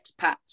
expats